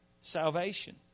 salvation